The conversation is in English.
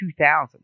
2,000